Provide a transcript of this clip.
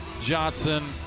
Johnson